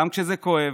גם כשזה כואב,